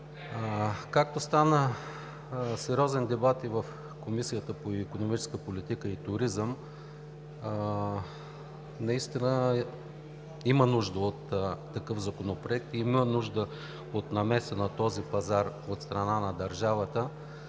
Както стана сериозен дебат и в Комисията по икономическа политика и туризъм, наистина има нужда от такъв законопроект, има нужда от намеса на този пазар от страна на държавата,